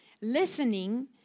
Listening